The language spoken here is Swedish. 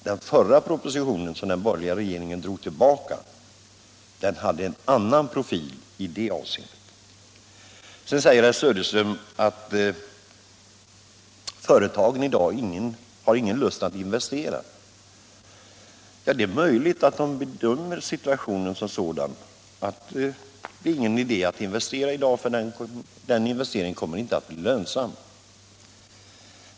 Den förra propositionen, som den borgerliga regeringen drog tillbaka, hade en annan profil i det avseendet. Sedan säger herr Söderström att företagen i dag inte har någon lust att investera. Det är möjligt att företagen bedömer situationen så att det inte är någon idé att investera i dag för den investeringen kommer inte att bli lönsam.